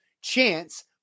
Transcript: chance